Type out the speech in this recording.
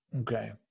Okay